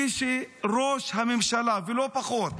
כשראש הממשלה, ולא פחות,